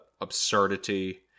absurdity